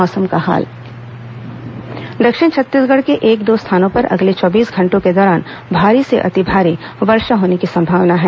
मौसम दक्षिण छत्तीसगढ़ के एक दो स्थानों पर अगले चौबीस घंटों के दौरान भारी से अति भारी वर्षा होने की संभावना है